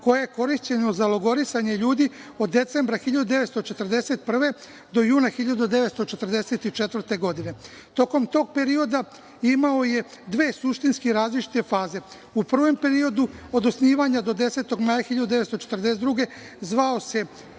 koje je korišćeno za logorisanje ljudi od decembra 1941. godine do juna 1944. godine. Tokom tog perioda imao je dve suštinske različite faze. U prvom periodu od osnivanja do 10. maja 1942. godine